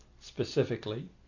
specifically